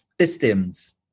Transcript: systems